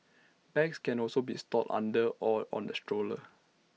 bags can also be stored under or on the stroller